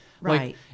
right